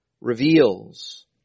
reveals